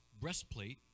breastplate